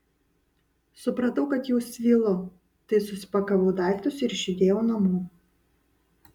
supratau kad jau svylu tai susipakavau daiktus ir išjudėjau namo